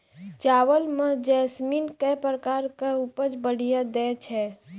चावल म जैसमिन केँ प्रकार कऽ उपज बढ़िया दैय छै?